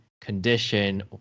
condition